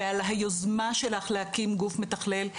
ועל היוזמה שלך להקים גוף מתכלל,